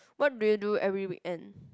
what do you do every weekend